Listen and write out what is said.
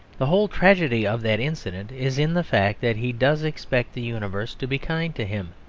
the whole tragedy of that incident is in the fact that he does expect the universe to be kind to him,